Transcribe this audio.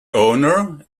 owner